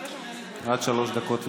עד שלוש דקות לרשותך.